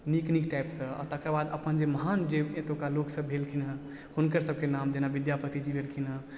नीक नीक टाइपसँ आ तकर बाद अपन जे महान जे एतुका लोक सभ भेलखिन हँ हुनकर सभके नाम जेना विद्यापतीजी भेलखिन हँ